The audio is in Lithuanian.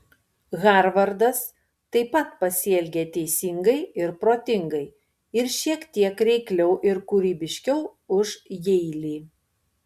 harvardas taip pat pasielgė teisingai ir protingai ir šiek tiek reikliau ir kūrybiškiau už jeilį